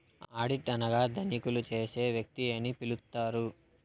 audit అనగా తనిఖీలు చేసే వ్యక్తి అని పిలుత్తారు